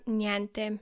niente